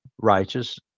righteous